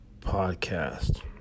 podcast